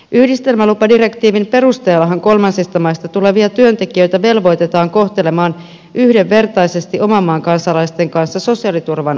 yhdistelmälupadirektiivin perusteellahan kolmansista maista tulevia työntekijöitä velvoitetaan kohtelemaan yhdenvertaisesti oman maan kansalaisten kanssa sosiaaliturvan alalla